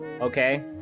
Okay